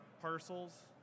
parcels